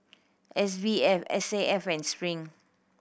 S B F S A F and Spring